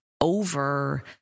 over